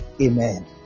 Amen